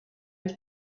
and